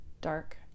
dark